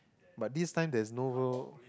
but this time there's no